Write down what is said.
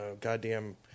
goddamn